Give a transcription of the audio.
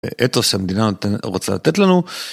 אתוס שהמדינה רוצה לתת לנו.